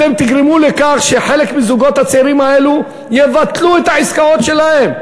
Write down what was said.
אתם תגרמו לכך שחלק מהזוגות הצעירים האלה יבטלו את העסקאות שלהם,